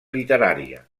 literària